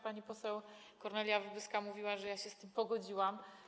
Pani poseł Kornelia Wróblewska mówiła, że ja się z tym pogodziłam.